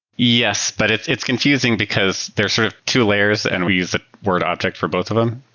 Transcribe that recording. yes, but it's it's confusing because there's sort of two layers, and we use the word object for both of them.